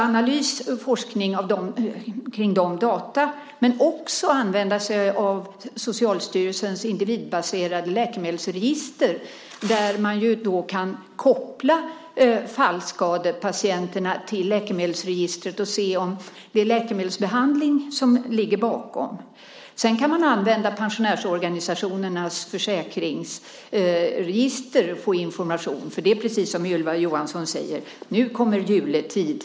Analys och forskning kring dessa data men också användande av Socialstyrelsens individbaserade läkemedelsregister, där det går att koppla fallskadepatienterna till läkemedelsregistret och se om det är läkemedelsbehandling som ligger bakom, är något man kan göra. Sedan kan man använda sig av pensionärsorganisationernas försäkringsregister för att få information. Precis som Ylva Johansson säger kommer snart juletid.